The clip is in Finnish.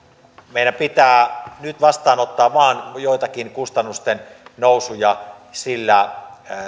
meidän pitää nyt vastaanottaa vain joitakin kustannusten nousuja sillä